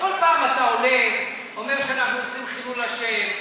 כל פעם אתה עולה ואומר שאנחנו עושים חילול השם,